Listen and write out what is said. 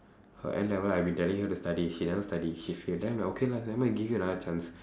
her N level I been telling her to study she never study she fail then I'm like okay lah never mind give you another chance